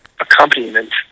accompaniment